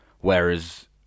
whereas